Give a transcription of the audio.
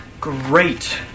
Great